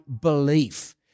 belief